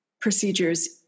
procedures